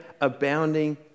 abounding